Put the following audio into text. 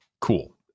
cool